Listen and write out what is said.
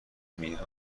میگن